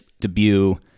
debut